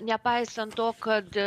nepaisant to kad